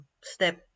step